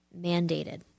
mandated